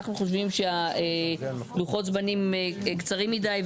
אנחנו חושבים שלוחות הזמנים קצרים מדי.